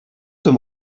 them